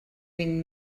vint